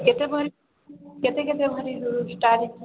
କେତେ ଭରି କେତେ କେତେ ଭରିରୁ ଷ୍ଟାର୍ଟ୍ ହେଇଛି